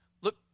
Look